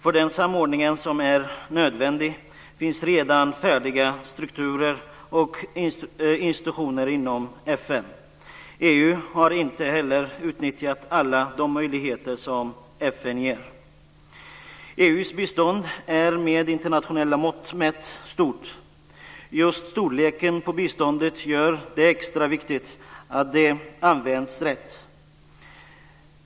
För den samordning som är nödvändig finns redan färdiga strukturer och institutioner inom FN. EU har inte heller utnyttjat alla de möjligheter som FN ger. EU:s bistånd är mätt med internationella mått stort. Just storleken på biståndet gör det extra viktigt att det används rätt.